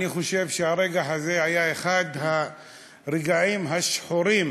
אני חושב שהרגע הזה היה אחד הרגעים השחורים